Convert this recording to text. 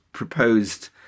proposed